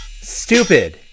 Stupid